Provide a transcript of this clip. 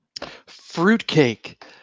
fruitcake